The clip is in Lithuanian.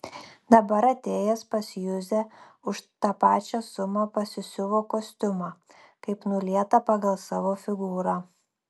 dabar atėjęs pas juzę už tą pačią sumą pasisiuvo kostiumą kaip nulietą pagal savo figūrą